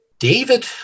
David